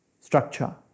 Structure